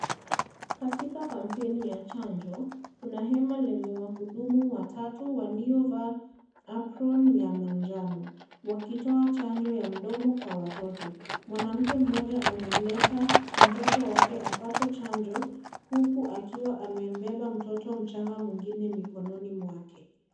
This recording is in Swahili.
Katika kampeni ya chanjo , kuna hema lenye wahudumu watatu walio vaa apron ya manjano wakitoa chanjo ya mdomo kwa watoto . Mwanamke mmoja amemleta mtoto wake apate chanjo , huku akiwa amembeba mtoto mchanga mwingine mikononi mwake.